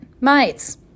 mites